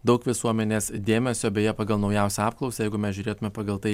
daug visuomenės dėmesio beje pagal naujausią apklausą jeigu mes žiūrėtume pagal tai